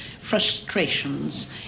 frustrations